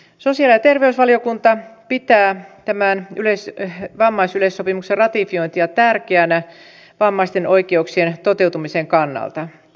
sosiaali ja terveysvaliokunta pitää tämän vammaisyleissopimuksen ratifiointia tärkeänä vammaisten oikeuksien toteutumisen kannalta